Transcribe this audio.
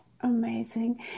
Amazing